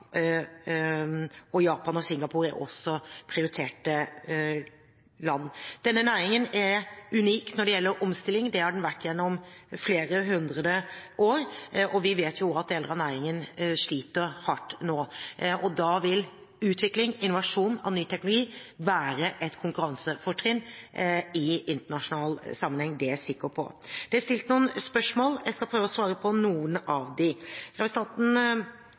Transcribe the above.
Japan og Singapore er også prioriterte land. Denne næringen er unik når det gjelder omstilling. Det har den vært gjennom flere hundre år, og vi vet at deler av næringen sliter hardt nå. Da vil utvikling, innovasjon av ny teknologi, være et konkurransefortrinn i internasjonal sammenheng. Det er jeg sikker på. Det er stilt noen spørsmål. Jeg skal prøve å svare på noen av dem. Representanten